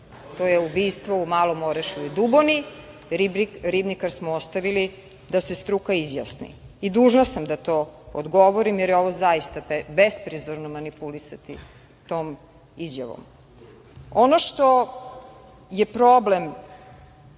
to je ubistvo u Malom Orašju i Duboni, „Ribnikar“ smo ostavili da se struka izjasni. Dužna sam da to odgovorim, jer je ovo zaista besprizorno manipulisanje tom izjavom. Ono što je problem